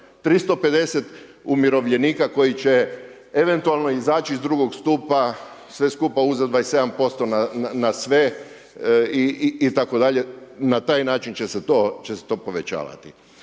350 umirovljenika koji će eventualno izaći iz drugog stupa, sve skupa uz 27% na sve itd., na taj način će se to povećavati.